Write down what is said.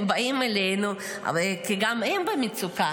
הם באים אלינו, כי גם הם במצוקה.